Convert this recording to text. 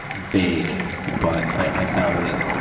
vague but i've found that,